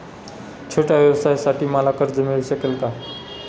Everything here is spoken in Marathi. छोट्या व्यवसायासाठी मला कर्ज मिळू शकेल का?